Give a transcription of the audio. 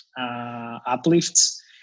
uplifts